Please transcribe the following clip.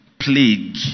plague